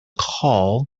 call